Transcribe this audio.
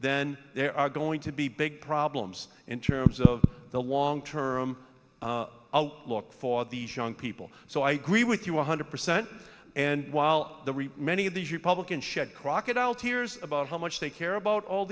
then there are going to be big problems in terms of the long term outlook for these young people so i agree with you one hundred percent and while many of these republicans shed crocodile tears about how much they care about all